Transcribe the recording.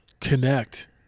connect